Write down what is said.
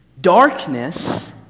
darkness